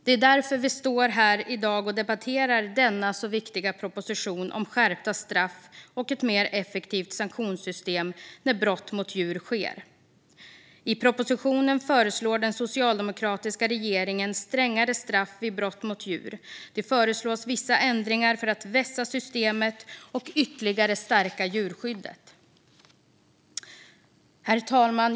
Det är därför vi står här i dag och debatterar denna så viktiga proposition om skärpta straff och ett mer effektivt sanktionssystem när brott mot djur sker. I propositionen föreslår den socialdemokratiska regeringen strängare straff vid brott mot djur. Det föreslås vissa ändringar för att vässa systemet och ytterligare stärka djurskyddet. Herr talman!